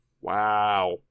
Wow